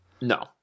No